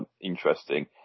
interesting